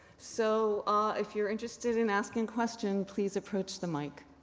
so ah if you're interested in asking questions please approach the mic.